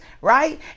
right